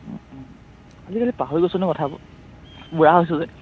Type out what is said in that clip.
আজি কালি পাহৰি গৈছোঁ নো কথাবোৰ বুঢ়া হৈছোঁ যে